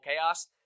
chaos